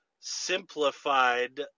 simplified